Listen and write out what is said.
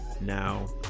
now